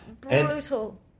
Brutal